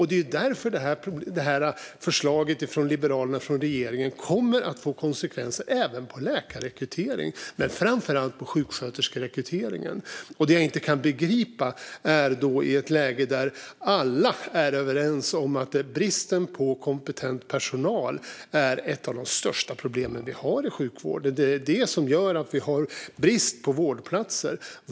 Det är därför förslaget från Liberalerna och regeringen kommer att få konsekvenser även för läkarrekryteringen. Men framför allt handlar det om sjuksköterskerekryteringen. Det jag inte kan begripa är att man gör detta i ett läge där alla är överens om att bristen på kompetent personal är ett av de största problem vi har i sjukvården. Det är det som gör att vi har brist på vårdplatser.